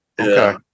Okay